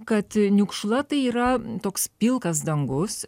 kad niukšla tai yra toks pilkas dangus